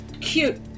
cute